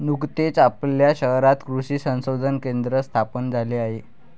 नुकतेच आपल्या शहरात कृषी संशोधन केंद्र स्थापन झाले आहे